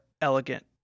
elegant